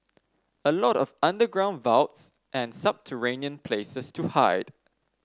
a lot of underground vaults and subterranean places to hide